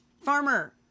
farmer